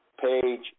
page